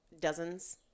dozens